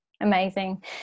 Amazing